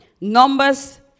Numbers